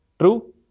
True